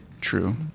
True